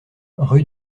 rue